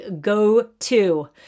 go-to